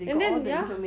and then ya